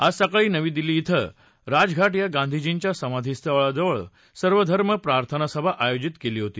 आज सकाळी नवी दिल्ली धिं राजघाट या गांधीजींच्या समाधीजवळ सर्वधर्म प्रार्थनासभा आयोजित केली होती